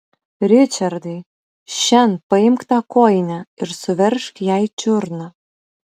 ričardai šen paimk tą kojinę ir suveržk jai čiurną